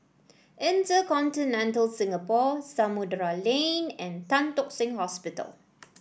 InterContinental Singapore Samudera Lane and Tan Tock Seng Hospital